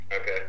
Okay